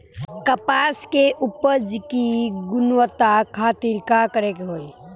कपास के उपज की गुणवत्ता खातिर का करेके होई?